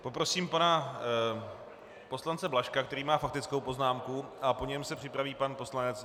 Poprosím pana poslance Blažka, který má faktickou poznámku, a po něm se připraví pan poslanec Birke.